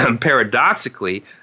paradoxically